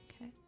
okay